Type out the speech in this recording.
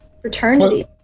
fraternity